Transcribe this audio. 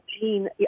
gene